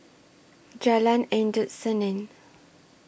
Jalan Endut Senin